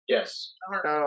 Yes